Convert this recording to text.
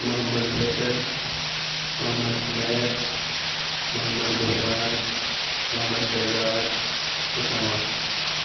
Muhammad Faisal Muhammad Umair Muhammad Ghufran Muhammad Shahzad Usama